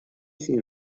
syn